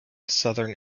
southern